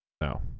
No